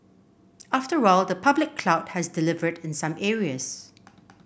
after all the public cloud has delivered in some areas